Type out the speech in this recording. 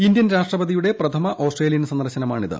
Indian രാഷ്ട്രപതിയുടെ പ്രഥമ Australian സന്ദർശനമാണിത്